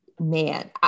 man